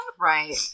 Right